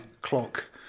clock